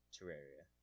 Terraria